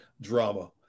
drama